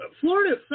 Florida